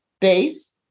base